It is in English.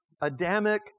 Adamic